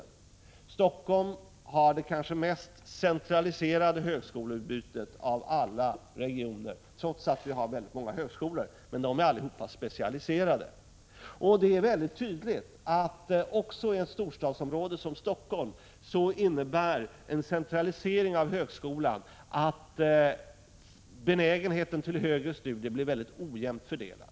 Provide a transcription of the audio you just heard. Av alla regioner har kanske Helsingfors det mest centraliserade högskoleutbudet, trots att vi har väldigt många högskolor — men de är alla specialiserade. Det är tydligt att en centralisering av högskoleutbildningen också i ett storstadsområde som Helsingfors innebär att benägenheten att ägna sig åt högre studier blivit mycket ojämnt fördelad.